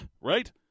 right